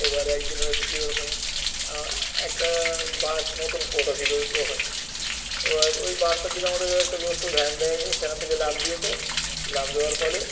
এবার একদিন হয়েছে কী ওরকম একটা বাঁশ মতন পোঁতা ছিল ওখানে এবার ওই বাসটার দিকে আমাদের একটা দোস্ত ধ্যান দেয়নি সেখান থেকে লাফ দিয়েছে লাফ দেওয়ার ফলে